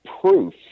proof